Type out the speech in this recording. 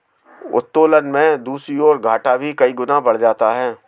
उत्तोलन में दूसरी ओर, घाटा भी कई गुना बढ़ जाता है